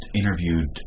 interviewed